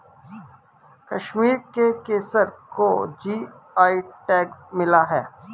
कश्मीर के केसर को जी.आई टैग मिला है